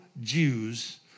Jews